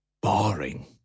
boring